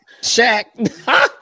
Shaq